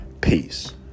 peace